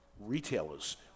retailers